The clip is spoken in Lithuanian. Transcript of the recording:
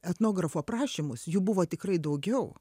etnografų aprašymus jų buvo tikrai daugiau